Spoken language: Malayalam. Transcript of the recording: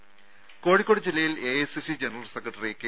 രംഭ കോഴിക്കോട് ജില്ലയിൽ എഐസിസി ജനറൽ സെക്രട്ടറി കെ